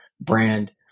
brand